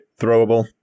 throwable